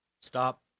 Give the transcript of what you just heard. Stop